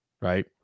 Right